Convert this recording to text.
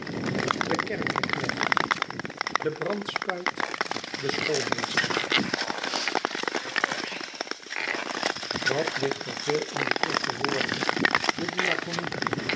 be kerkeknecht de brandspuit de schoolmeester wat ligt er veel in die korte woorden de